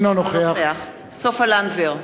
אינו נוכח סופה לנדבר,